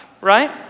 right